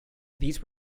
these